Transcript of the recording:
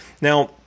Now